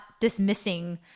dismissing